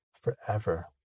forever